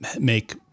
make